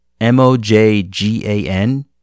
M-O-J-G-A-N